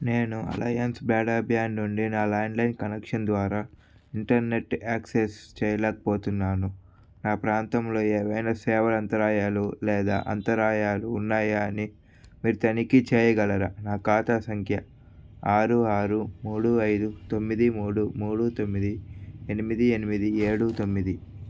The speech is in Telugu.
నేను అలయన్స్ బ్రాడ్బ్యాండ్ నుండి నా ల్యాండ్లైన్ కనెక్షన్ ద్వారా ఇంటర్నెట్ యాక్సెస్ చేయలేకపోతున్నాను నా ప్రాంతంలో ఏవైనా సేవల అంతరాయాలు లేదా అంతరాయాలు ఉన్నాయా అని మీరు తనిఖీ చేయగలరా నా ఖాతా సంఖ్య ఆరు ఆరు మూడు ఐదు తొమ్మిది మూడు మూడు తొమ్మిది ఎనిమిది ఎనిమిది ఏడు తొమ్మిది